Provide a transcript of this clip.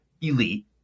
elite